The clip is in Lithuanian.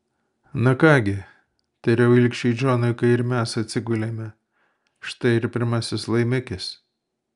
na ką gi tariau ilgšiui džonui kai ir mes atsigulėme štai ir pirmasis laimikis